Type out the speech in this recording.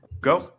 go